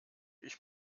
ich